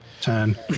Ten